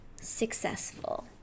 successful